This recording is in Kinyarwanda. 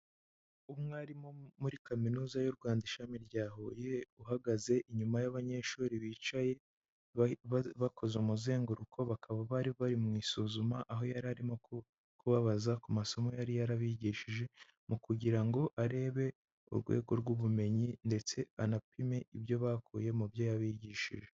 Umwarimu muri Kaminuza y'u Rwanda ishami rya Huye, uhagaze inyuma y'abanyeshuri bicaye bakoze umuzenguruko, bakaba bari bari mu isuzuma, aho yari arimo kubabaza ku masomo yari yarabigishije, mu kugira ngo arebe urwego rw'ubumenyi ndetse anapime ibyo bakuye mu byo yabigishije.